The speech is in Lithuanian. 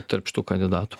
tarp šitų kandidatų